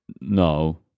No